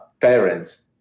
parents